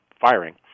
firing